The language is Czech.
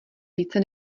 více